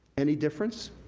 any difference?